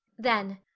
then,